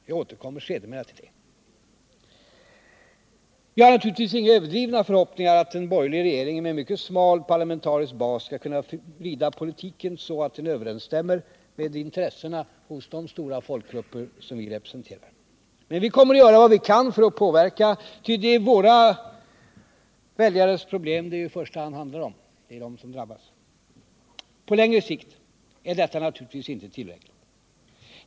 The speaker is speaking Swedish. Jag återkommer sedermera till detta. Vi har naturligtvis inga överdrivna förhoppningar om att en borgerlig regering med en mycket smal parlamentarisk bas skall kunna vrida politiken så att den överensstämmer med intressena hos de stora folkgrupper som vi representerar. Men vi kommer att göra vad vi kan för att påverka, ty det är våra väljares problem det i första hand handlar om. Det är de som drabbas. På längre sikt är detta naturligtvis inte tillräckligt.